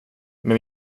men